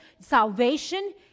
salvation